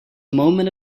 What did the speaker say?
moment